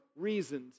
reasons